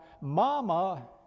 Mama